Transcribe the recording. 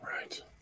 right